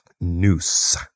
noose